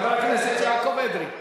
חבר הכנסת יעקב אדרי.